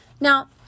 Now